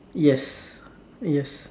yes yes